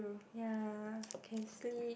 ya can sleep